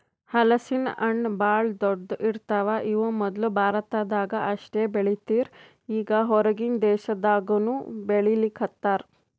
ಹಲಸಿನ ಹಣ್ಣ್ ಭಾಳ್ ದೊಡ್ಡು ಇರ್ತವ್ ಇವ್ ಮೊದ್ಲ ಭಾರತದಾಗ್ ಅಷ್ಟೇ ಬೆಳೀತಿರ್ ಈಗ್ ಹೊರಗಿನ್ ದೇಶದಾಗನೂ ಬೆಳೀಲಿಕತ್ತಾರ್